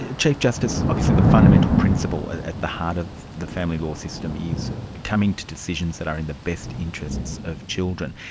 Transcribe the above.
ah chief justice, obviously the fundamental principle at at the heart of the family law system is coming to decisions that are in the best interests of children.